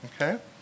Okay